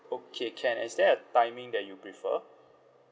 okay can is there a timing that you prefer